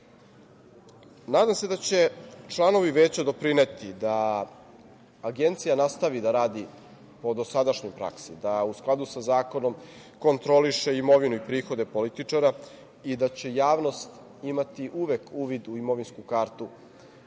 se da će članovi Veća doprineti da Agencija nastavi da radi po dosadašnjoj praksi, da u skladu sa zakonom kontroliše imovinu i prihode političara i da će javnost imati uvek uvid u imovinsku kartu